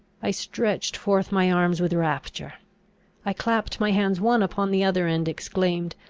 i stretched forth my arms with rapture i clapped my hands one upon the other, and exclaimed,